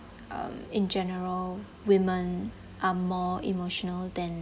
um in general women are more emotional than